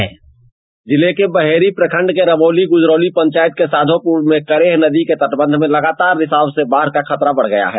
bite जिले के बहेरी प्रखंड के रमौली गुजरौली पंचायत के साधोपुर में करेह नदी के तटबंध में लगातार रिसाव से बाढ़ का खतरा बढ़ गया है